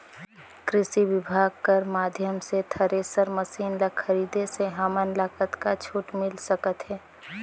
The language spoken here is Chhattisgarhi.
कृषि विभाग कर माध्यम से थरेसर मशीन ला खरीदे से हमन ला कतका छूट मिल सकत हे?